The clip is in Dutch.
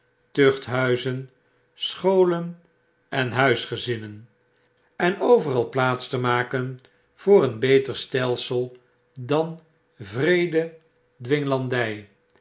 tuchthuizen scholen en huisgezinnen en overal plaats te maken voor een beter stelsel dan wreede